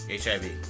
HIV